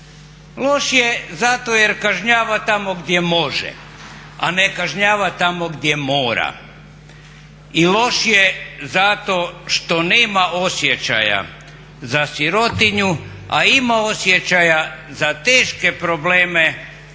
Loš je zato jer kažnjava tamo gdje može, a ne kažnjava tamo gdje mora. I loš je zato što nema osjećaja za sirotinju, a ima osjećaja za teške probleme